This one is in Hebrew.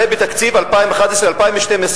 הרי בתקציב 2011 ו-2012,